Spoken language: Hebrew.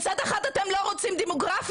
מצד אחד, אתם לא רוצים דמוגרפי.